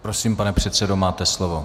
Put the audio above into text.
Prosím, pane předsedo, máte slovo.